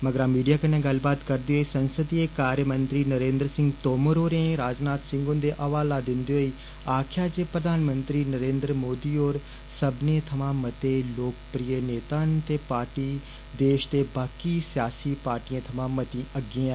मगरा मीडिया कन्नै गल्लबात करदे होई संसदीय कार्यमंत्री नरेन्द्र सिंह तोमर होरें राजनाथ सिंह हुन्दा हवाला दिन्दे होई आक्खेआ जे प्रधानमंत्री नरेन्द्र मोदी होरें सब्बनें थमां मता लेक प्रिय नेता न ते पार्टी देष दे बाकि सियासी पार्टिएं थमां मती अग्गें ऐ